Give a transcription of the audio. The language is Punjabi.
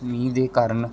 ਮੀਂਹ ਦੇ ਕਾਰਨ